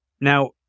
now